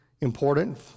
important